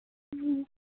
ꯎꯝ